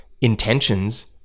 intentions